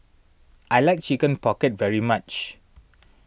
I like Chicken Pocket very much